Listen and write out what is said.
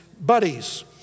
buddies